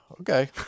okay